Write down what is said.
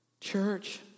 Church